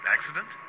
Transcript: Accident